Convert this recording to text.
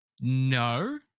no